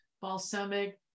balsamic